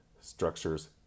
structures